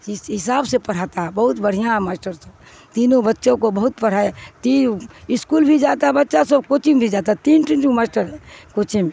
اس حساب سے پڑھاتا ہے بہت بڑھیا ہے ماسٹر سب تینوں بچوں کو بہت پڑھائے تین اسکول بھی جاتا ہے بچہ سب کوچنگ بھی جاتا ہے تین تین ٹھو ماسٹر کوچنگ